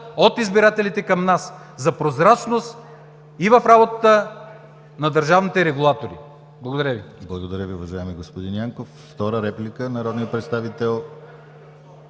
от избирателите към нас за прозрачност и в работата на държавните регулатори. Благодаря Ви.